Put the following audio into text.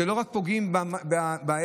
לא רק פוגעים באלה,